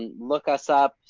and look us up.